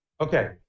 Okay